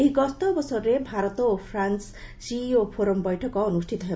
ଏହି ଗସ୍ତ ଅବସରରେ ଭାରତ ଓ ଫ୍ରାନୁର ସିଇଓ ଫୋରମ ବୈଠକ ଅନୁଷ୍ଠିତ ହେବ